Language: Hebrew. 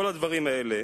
כל הדברים האלה